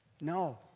No